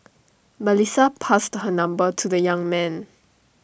Melissa passed her number to the young man